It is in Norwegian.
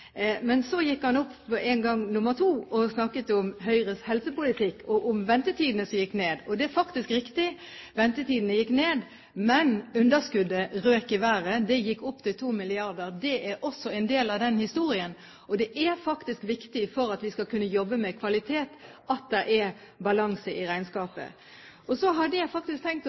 Men så gikk han opp en gang nr. 2 og snakket om Høyres helsepolitikk og om ventetidene som gikk ned. Det er faktisk riktig – ventetidene gikk ned, men underskuddet røk i været. Det gikk opp til 2 mrd. kr. Det er også en del av den historien, og for at vi skal kunne jobbe med kvalitet, er det faktisk viktig at det er balanse i regnskapet. Så har jeg tenkt å